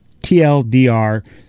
TLDR